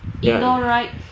ya